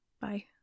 Bye